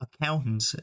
accountant